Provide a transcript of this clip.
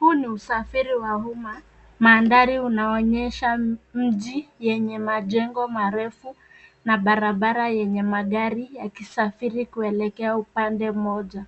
Huu ni usafiri wa umma. Mandhari unaonyesha mji yenye majengo marefu na barabara yenye magari yakisafiri kuelekea upande mmoja.